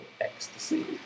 ecstasy